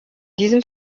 diesem